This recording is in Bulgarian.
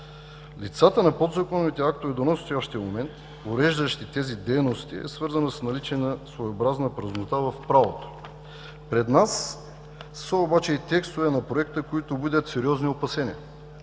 Липсата на подзаконовите актове до настоящия момент, уреждащи тези дейности, е свързана с наличие на своеобразна празнота в правото. Пред нас обаче са и текстове на проекта, които будят сериозни опасения.